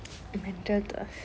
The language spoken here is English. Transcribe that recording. mental தான் :thaan